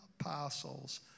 apostles